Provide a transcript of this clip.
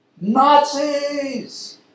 Nazis